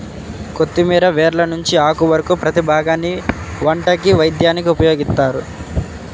కొత్తిమీర వేర్ల నుంచి ఆకు వరకు ప్రతీ భాగాన్ని వంటకి, వైద్యానికి ఉపయోగిత్తారు